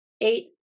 eight